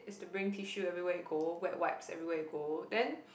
is to bring tissue everywhere you go wet wipes everywhere you go then